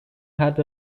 had